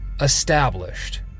established